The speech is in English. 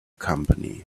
company